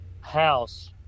house